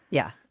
yeah.